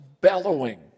bellowing